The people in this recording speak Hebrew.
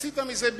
עשית מזה ביג-דיל.